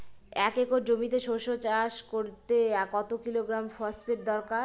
এক একর জমিতে সরষে চাষ করতে কত কিলোগ্রাম ফসফেট দরকার?